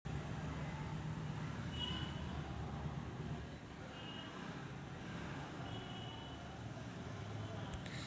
झाडांचे लाकूड कागदाच्या उत्पादनात वापरले जाते, त्यामुळे झाडे तोडली जातात